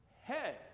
head